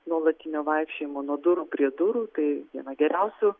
nuolatinio vaikščiojimo nuo durų prie durų kai viena geriausių